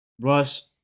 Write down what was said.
Russ